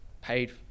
Paid